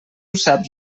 saps